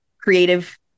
creative